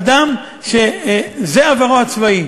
אדם שזה עברו הצבאי,